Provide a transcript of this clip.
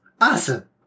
Awesome